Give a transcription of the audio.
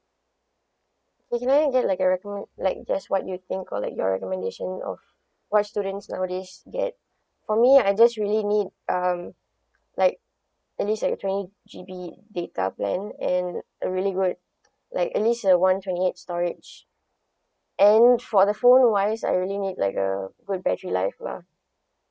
okay can I get like a recommend like just what you think or like your recommendation of what students nowadays get for me I just really need um like at least like a twenty G_B data plan and a really good like at least a one twenty eight storage and for the phone wise I really need like a good battery life lah